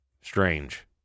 strange